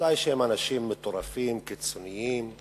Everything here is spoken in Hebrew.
ודאי שהם אנשים מטורפים, קיצונים,